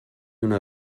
una